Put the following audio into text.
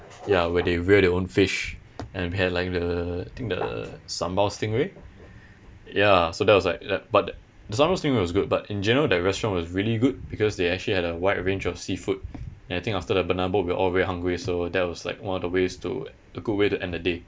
yeah where they rear their own fish and we had like the think the sambal stingray ya so that was like like but the sambal stingray was good but in general that restaurant was really good because they actually had a wide range of seafood and I think after the banana boat we were all very hungry so that was like one of the ways to a good way to end the day